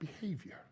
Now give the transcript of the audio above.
behavior